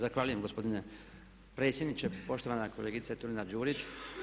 Zahvaljujem gospodine predsjedniče, poštovana kolegice Turina-Đurić.